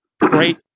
great